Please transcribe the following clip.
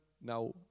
now